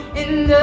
in